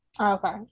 okay